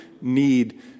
need